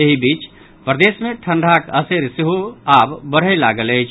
एहि बीच प्रदेश मे ठंडाक असरि सेहो आब बढ़य लागल अछि